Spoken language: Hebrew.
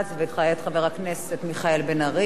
וכעת חבר הכנסת מיכאל בן-ארי.